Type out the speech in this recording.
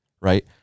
Right